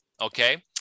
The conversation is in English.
okay